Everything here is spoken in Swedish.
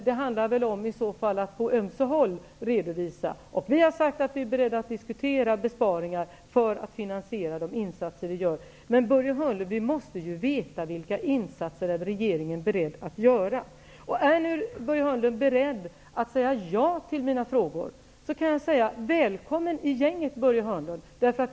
Det handlar alltså kanske om att på ömse håll komma med en redovisning. Vi har sagt att vi är beredda att diskutera besparingar för att finansiera de insatser som vi gör. Men, Börje Hörnlund, vi måste veta vilka insatser regeringen är beredd att göra. Är Börje Hörnlund beredd att svara ja på mina frågor, kan jag säga: Välkommen i gänget, Börje Hörnlund!